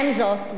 עם זאת,